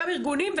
גם ארגונים,